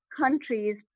countries